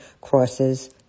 crosses